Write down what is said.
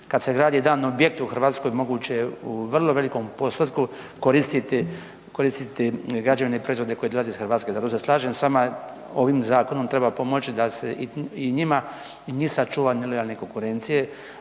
kad se gradi jedan objekt u Hrvatskoj, moguće je u vrlo velikom postotku koristiti građevne proizvode koji dolaze iz Hrvatske, zato se slažem s vama, ovim zakonom treba pomoći da se i njima i njih sačuva od nelojalne konkurencije,